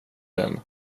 den